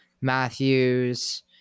Matthews